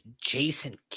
Jason